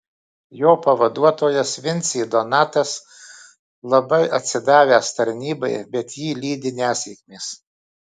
jo pavaduotojas vincė donatas labai atsidavęs tarnybai bet jį lydi nesėkmės